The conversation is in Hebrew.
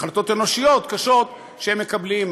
החלטות אנושיות קשות, שהם מקבלים.